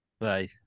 Right